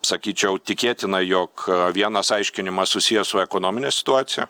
sakyčiau tikėtina jog vienas aiškinimas susijęs su ekonomine situacija